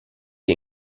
che